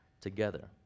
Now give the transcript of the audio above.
together